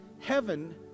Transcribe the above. Heaven